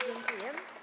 Dziękuję.